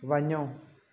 वञो